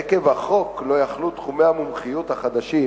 עקב החוק לא יכלו תחומי המומחיות החדשים